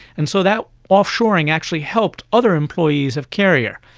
and so that offshoring actually helped other employees of carrier,